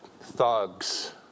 thugs